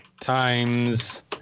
Times